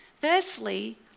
Firstly